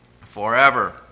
forever